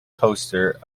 poster